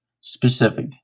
specific